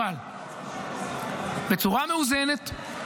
אבל בצורה מאוזנת,